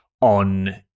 on